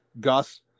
Gus